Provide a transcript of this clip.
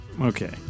Okay